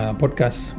podcast